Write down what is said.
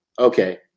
okay